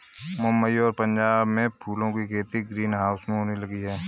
मुंबई और पंजाब में फूलों की खेती ग्रीन हाउस में होने लगी है